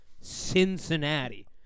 Cincinnati